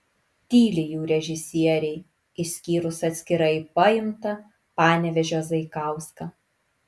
tyli jų režisieriai išskyrus atskirai paimtą panevėžio zaikauską